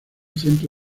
centro